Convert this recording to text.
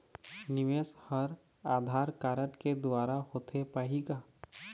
निवेश हर आधार कारड के द्वारा होथे पाही का?